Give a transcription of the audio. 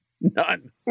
None